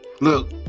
look